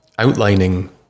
Outlining